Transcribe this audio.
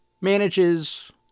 Manages